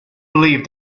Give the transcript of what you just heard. believed